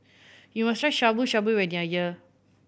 you must try Shabu Shabu when you are here